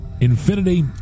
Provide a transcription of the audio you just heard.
Infinity